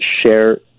share